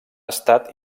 estat